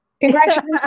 Congratulations